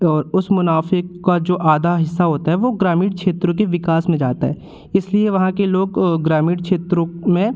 और उस मुनाफ़े का जो आधा हिस्सा होता है वह ग्रामीण क्षेत्रों के विकास में जाता है इसलिए वहाँ के लोग ग्रामीण क्षेत्रों में